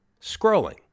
scrolling